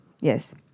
Yes